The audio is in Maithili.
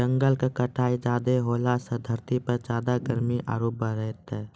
जंगल के कटाई ज्यादा होलॅ सॅ धरती पर ज्यादा गर्मी आरो बढ़तै